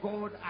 God